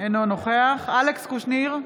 אינו נוכח אלכס קושניר,